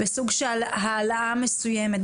בסוג של העלאה מסויימת,